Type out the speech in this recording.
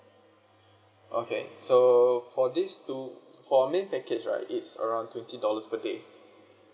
okay so for this two for main package right it's around twenty dollars per day